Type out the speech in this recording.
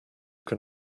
can